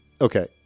okay